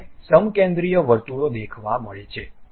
મને સમકેન્દ્રીય વર્તુળો દેખાવા જોઈએ